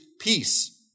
peace